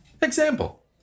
Example